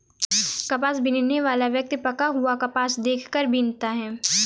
कपास बीनने वाला व्यक्ति पका हुआ कपास देख कर बीनता है